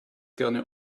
gerne